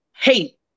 hate